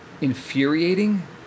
infuriating